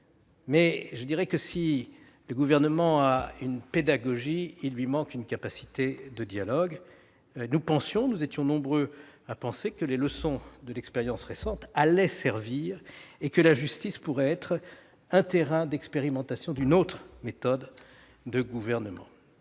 raison. Mais si le Gouvernement a une pédagogie, il lui manque une capacité de dialogue. Nous étions nombreux à penser que les leçons de l'expérience récente allaient servir et que la justice pourrait être le terrain d'expérimentation d'une autre méthode de gouvernement.